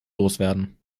loswerden